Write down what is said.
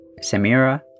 Samira